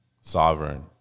Sovereign